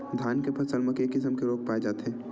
धान के फसल म के किसम के रोग पाय जाथे?